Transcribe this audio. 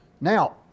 Now